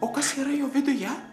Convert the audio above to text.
o kas yra jo viduje